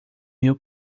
meu